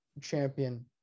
champion